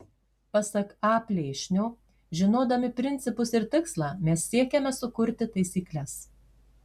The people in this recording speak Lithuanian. pasak a plėšnio žinodami principus ir tikslą mes siekiame sukurti taisykles